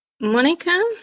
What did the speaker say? monica